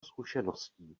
zkušeností